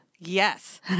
Yes